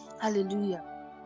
hallelujah